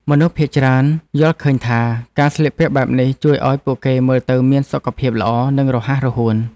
មនុស្សភាគច្រើនយល់ឃើញថាការស្លៀកពាក់បែបនេះ ជួយឱ្យពួកគេមើលទៅមានសុខភាពល្អ និងរហ័សរហួន។